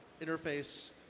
interface